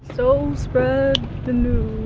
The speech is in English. so spread the news